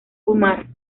fumar